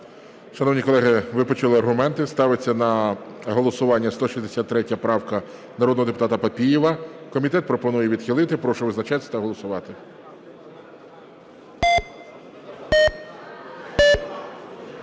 Шановні колеги, ви почули аргументи. Ставиться на голосування 163 правка народного депутата Папієва. Комітет пропонує відхилити. Прошу визначатись та голосувати.